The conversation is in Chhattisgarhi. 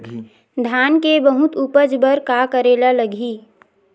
धान के बहुत उपज बर का करेला लगही?